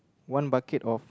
one bucket of